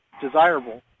desirable